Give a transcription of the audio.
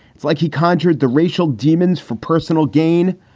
it's like he conjured the racial demons for personal gain.